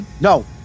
No